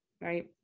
right